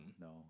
no